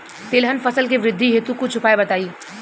तिलहन फसल के वृद्धि हेतु कुछ उपाय बताई?